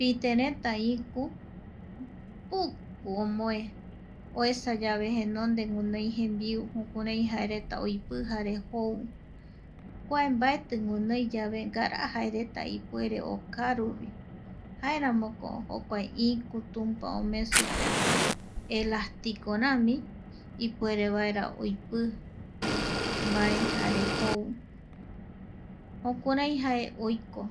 Pite reta iku, púku omoe ,oesa yave jenonde guinoi jembiu jukurai jaereta oipi jare jou. kua mbaeti guinoi yave ngara jaereta ipuere okaru vi jaeramoko jokua ikü tumpa omee supe elastiko rami ipuere vaera oipi mbae jare jou jukurai jae oikoj.